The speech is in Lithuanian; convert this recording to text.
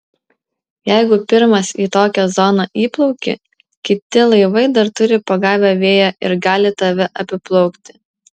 jeigu pirmas į tokią zoną įplauki kiti laivai dar turi pagavę vėją ir gali tave apiplaukti